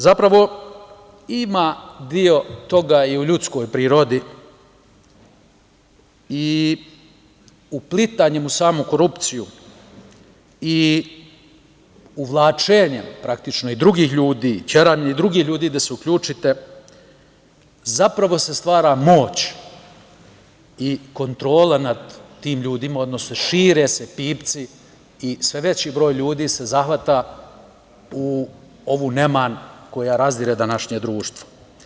Zapravo, ima deo toga i u ljudskoj prirodi i uplitanjem u samu korupciju i uvlačenjem i drugih ljudi, teranjem drugih ljudi da se uključite zapravo se stvara moć i kontrola nad tim ljudima, odnosno šire se pipci i sve veći broj ljudi se zahvata u ovu neman koja razdire današnje društvo.